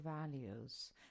values